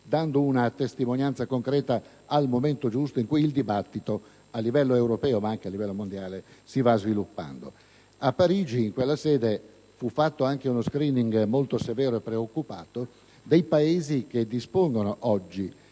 fornendo una testimonianza concreta nel momento in cui il dibattito, a livello europeo ma anche mondiale, si sta sviluppando. A Parigi in quella sede fu anche fatto uno *screening* molto severo e preoccupato dei Paesi che dispongono oggi